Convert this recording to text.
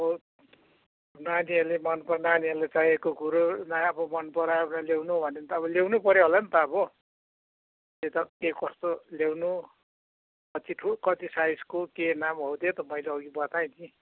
हो अब नानीहरूले मन पराएको नानीहरूले चाहिएको कुरो आफू मन पराएर ल्याउनु भने भन त अब ल्याउनु पर्यो होला नि त अब त्यही त के कस्तो ल्याउनु कति ठु कति साइजको के नाम हो त्यही त मैले अघि बताएँ पनि